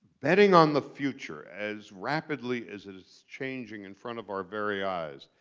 betting on the future as rapidly as it is changing in front of our very eyes,